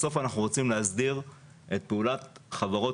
בסוף אנחנו רוצים להסדיר את פעולת חברות